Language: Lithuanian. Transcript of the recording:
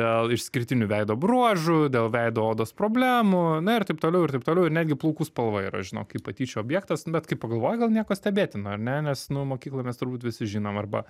dėl išskirtinių veido bruožų dėl veido odos problemų na ir taip toliau ir taip toliau ir netgi plaukų spalva yra žinok kaip patyčių objektas bet kai pagalvoji gal nieko stebėtino ar ne nes nu mokykloj mes turbūt visi žinom arba